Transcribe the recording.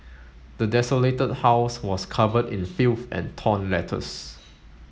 the desolated house was covered in filth and torn letters